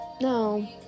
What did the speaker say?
no